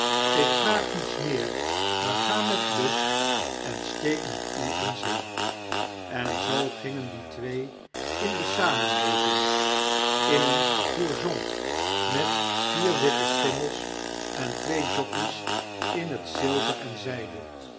ik vraag niets meer maar ga met lust en ateek met u in zee en zoo gingen die twee in de samenleving in een fourgon met vier witte schimmels en twee jockeys in t zilver en